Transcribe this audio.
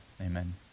Amen